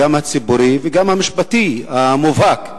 גם הציבורי וגם המשפטי המובהק.